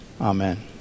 Amen